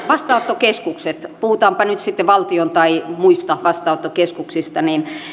vastaanottokeskukset puhutaanpa nyt sitten valtion tai muista vastaanottokeskuksista